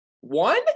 One